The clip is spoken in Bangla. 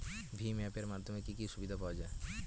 ভিম অ্যাপ এর মাধ্যমে কি কি সুবিধা পাওয়া যায়?